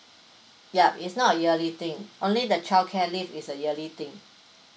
yup it's not a yearly thing only the childcare leave is a yearly thing